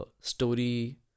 story